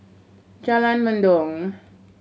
Jalan Mendong